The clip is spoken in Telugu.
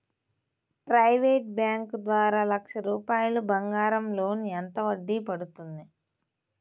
ప్రైవేట్ బ్యాంకు ద్వారా లక్ష రూపాయలు బంగారం లోన్ ఎంత వడ్డీ పడుతుంది?